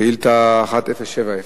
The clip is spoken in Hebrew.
שאילתא 1070,